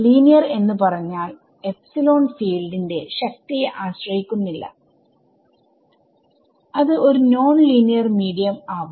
linear എന്ന് പറഞ്ഞാൽ epsilon field ന്റെ ശക്തിയെ ആശ്രയിക്കുന്നില്ല അത് ഒരു നോൺ ലിനീയർ മീഡിയം ആവും